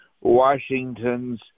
Washingtons